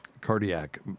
cardiac